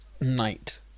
night